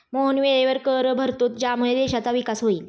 मोहन वेळेवर कर भरतो ज्यामुळे देशाचा विकास होईल